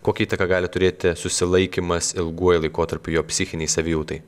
kokią įtaką gali turėti susilaikymas ilguoju laikotarpiu jo psichinei savijautai